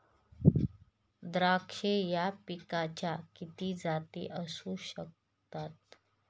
द्राक्ष या पिकाच्या किती जाती असू शकतात?